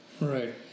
Right